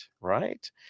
right